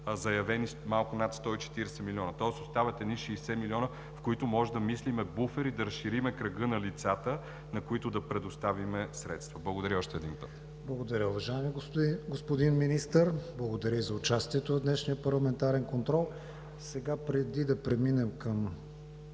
заявени малко над 140 милиона. Тоест остават едни 60 милиона, в които можем да мислим буфери, да разширим кръга на лицата, на които да предоставим средства. Благодаря още един път. ПРЕДСЕДАТЕЛ КРИСТИАН ВИГЕНИН: Благодаря, уважаеми господин Министър. Благодаря за участието Ви в днешния парламентарен контрол. Преди да преминем към